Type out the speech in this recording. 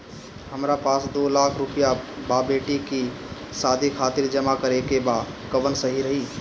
हमरा पास दू लाख रुपया बा बेटी के शादी खातिर जमा करे के बा कवन सही रही?